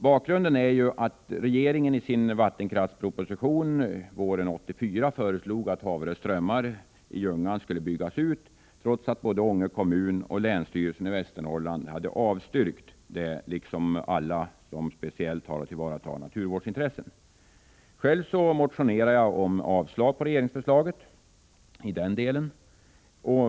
Bakgrunden är att regeringen i sin vattenkraftsproposition våren 1984 föreslog att Haverö strömmar i Ljungan skulle byggas ut, trots att både Ånge kommun och länsstyrelsen i Västernorrland, liksom alla som speciellt har att tillvarata naturvårdsintressen, hade avstyrkt. Själv motionerade jag om avslag på regeringsförslaget i denna del.